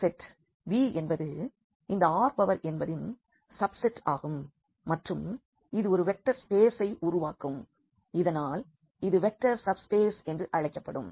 இந்த செட் Vஎன்பது இந்த Rn என்பதின் சப்செட் ஆகும் மற்றும் இது ஒரு வெக்டர் ஸ்பேசை உண்டாக்கும் மற்றும் இதனால் இது வெக்டர் சப்ஸ்பேஸ் என்று அழைக்கப்படும்